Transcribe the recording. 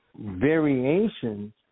variations